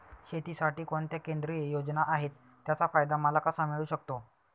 शेतीसाठी कोणत्या केंद्रिय योजना आहेत, त्याचा फायदा मला कसा मिळू शकतो?